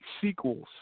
sequels